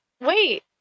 Wait